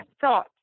thought